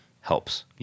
helps